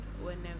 whenever